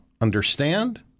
understand